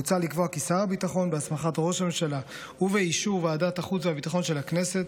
מוצע לקבוע כי בהסמכת ראש הממשלה ובאישור ועדת החוץ והביטחון של הכנסת,